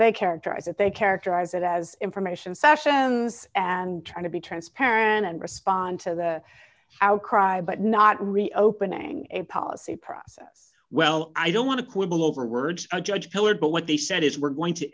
they characterize it they characterize it as information session and try to be transparent and respond to the outcry but not reopening a policy process well i don't want to quibble over words a judge pillared but what they said is we're going to